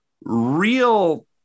real